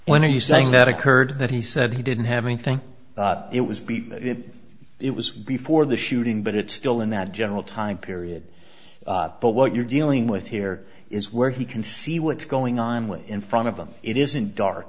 when are you saying that occurred that he said he didn't have one thing it was it was before the shooting but it's still in that general time period but what you're dealing with here is where he can see what's going on with in front of him it isn't dark